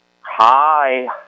Hi